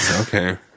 Okay